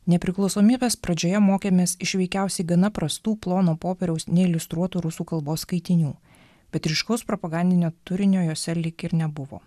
nepriklausomybės pradžioje mokėmės iš veikiausiai gana prastų plono popieriaus neiliustruotų rusų kalbos skaitinių bet ryškaus propagandinio turinio juose lyg ir nebuvo